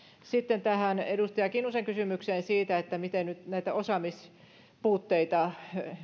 sitten tähän edustaja kinnusen kysymykseen siitä miten näitä osaamispuutteita